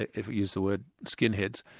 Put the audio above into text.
if we use the word skinheads,